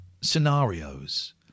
scenarios